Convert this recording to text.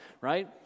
right